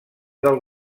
del